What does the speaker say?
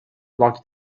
like